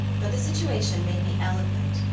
but the situation made me eloquent,